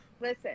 Listen